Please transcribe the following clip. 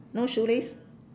no shoelace